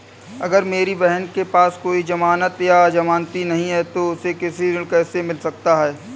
अगर मेरी बहन के पास कोई जमानत या जमानती नहीं है तो उसे कृषि ऋण कैसे मिल सकता है?